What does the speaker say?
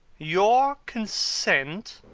your consent!